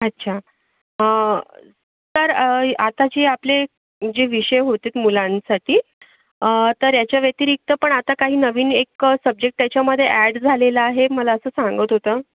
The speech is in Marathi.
अच्छा सर आता जी आपले जे विषय होते मुलांसाठी तर याच्या व्यतिरिक्त पण आता काही नवीन एक सब्जेक्ट त्याच्यामध्ये ॲड झालेला आहे मला असं सांगत होता